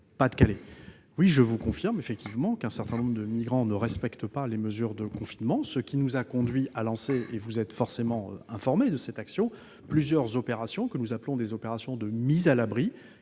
Pas-de-Calais. Je vous confirme effectivement qu'un certain nombre de migrants ne respectent pas les mesures de confinement, ce qui nous a conduits à lancer- ce dont vous avez été forcément informé -plusieurs opérations que nous appelons « opérations de mise à l'abri